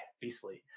beastly